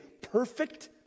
perfect